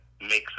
makes